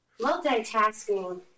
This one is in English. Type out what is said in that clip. Multitasking